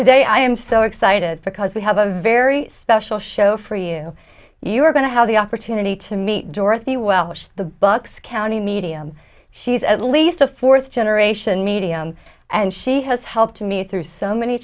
today i am so excited because we have a very special show for you you're going to have the opportunity to meet dorothy welsh the bucks county medium she's at least a fourth generation medium and she has helped me through so many